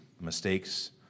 mistakes